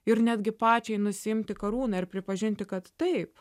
ir netgi pačiai nusiimti karūną ir pripažinti kad taip